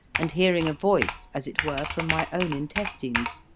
and hearing a voice as it were from my own intestines.